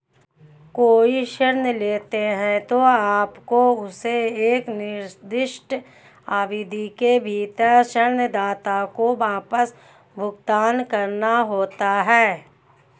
कोई ऋण लेते हैं, तो आपको उसे एक निर्दिष्ट अवधि के भीतर ऋणदाता को वापस भुगतान करना होता है